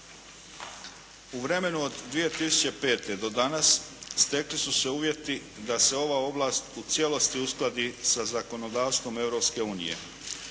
U vremenu od 2005. do danas stekli su se uvjeti da se ova oblast u cijelosti uskladi sa zakonodavstvom